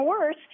worse